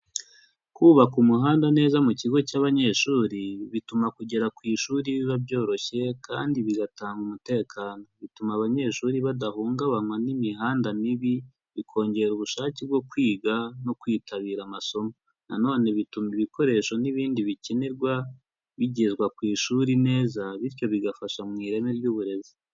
Kubaka umuhanda neza mu kigo cy'abanyeshuri, bituma kugera ku ishuri biba byoroshye kandi bigatanga umutekano. Bituma abanyeshuri badahungabanywa n'imihanda mibi, bikongera ubushake bwo kwiga, no kwitabira amasomo. Nanone bituma ibikoresho n'ibindi bikenerwa bigezwa ku ishuri neza bityo bigafasha mu ireme ry'uburezi.